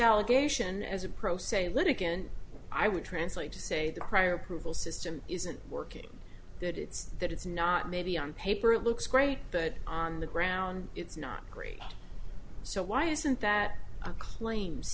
allegation as a pro se litigant i would translate to say that prior approval system isn't working that it's that it's not maybe on paper it looks great but on the ground it's not great so why isn't that